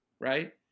right